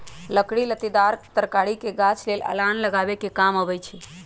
लकड़ी लत्तिदार तरकारी के गाछ लेल अलान लगाबे कें काम अबई छै